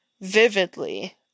vividly